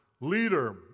leader